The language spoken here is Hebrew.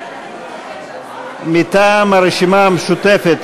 מטעם הרשימה המשותפת,